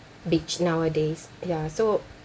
beach nowadays ya so